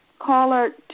caller